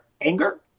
anger